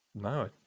no